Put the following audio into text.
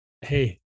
Hey